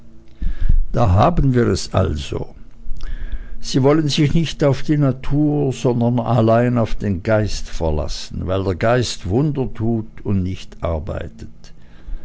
da haben wir's also sie wollen sich nicht auf die natur sondern allein auf den geist verlassen weil der geist wunder tut und nicht arbeitet